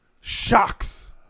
shocks